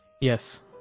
Yes